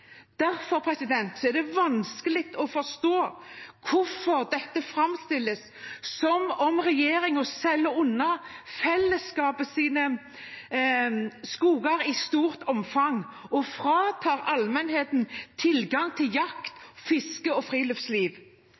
Derfor er det vanskelig å forstå hvorfor dette framstilles som om regjeringen selger unna fellesskapets skoger i stort omfang og fratar allmennheten tilgang til jakt, fiske og friluftsliv,